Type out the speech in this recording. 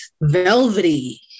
velvety